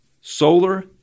Solar